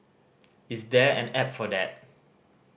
is there an app for that